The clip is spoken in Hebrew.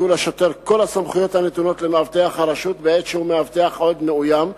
יהיו לשוטר כל הסמכויות הנתונות למאבטח הרשות בעת שהוא מאבטח עד מאוים.